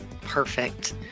Perfect